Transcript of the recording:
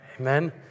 Amen